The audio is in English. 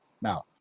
Now